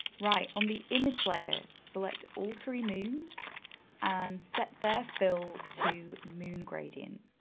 right, on the image layer, select all three moons and set their fill to moon gradient,